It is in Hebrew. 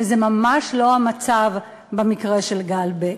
וזה ממש לא המצב במקרה של גל בק.